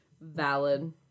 Valid